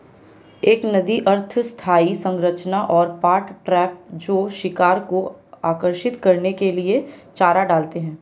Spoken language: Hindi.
एक नदी अर्ध स्थायी संरचना और पॉट ट्रैप जो शिकार को आकर्षित करने के लिए चारा डालते हैं